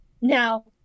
Now